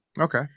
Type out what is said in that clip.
Okay